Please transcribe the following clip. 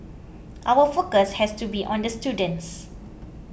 our focus has to be on the students